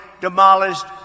demolished